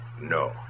No